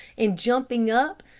and jumping up,